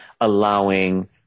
allowing